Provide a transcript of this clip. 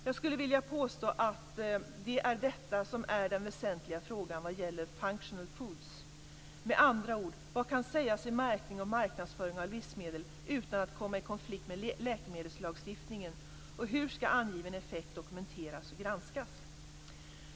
Jag skulle vilja påstå att det är detta som är den väsentliga frågan vad gäller functional foods. Med andra ord: Vad kan sägas i märkning och marknadsföring av livsmedel utan att komma i konflikt med läkemedelslagstiftningen, och hur skall angiven effekt dokumenteras och granskas?